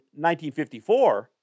1954